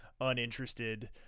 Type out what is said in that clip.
uninterested